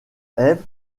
eve